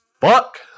fuck